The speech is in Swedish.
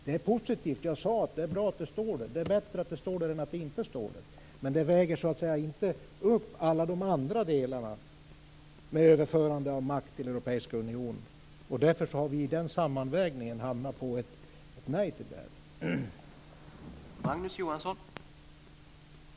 Det är positivt - som jag sade är det bättre att det står där än att det inte står där - men det väger inte upp alla de andra delarna med överförande av makt till den europeiska unionen. Därför har vi i den sammanvägningen hamnat i ett nej till det här.